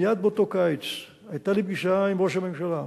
מייד באותו קיץ היתה לי פגישה עם ראש הממשלה.